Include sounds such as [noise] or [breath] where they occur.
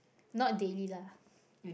not daily lah [breath]